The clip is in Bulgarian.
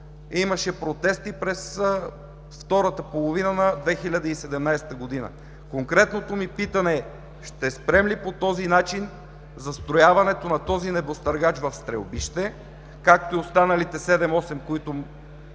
имаше протести през втората половина на 2017 г. Конкретното ми питане е: ще спрем ли по този начин застрояването на този небостъргач в „Стрелбище“, както и останалите седем-осем,